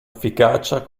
efficacia